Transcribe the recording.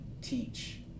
teach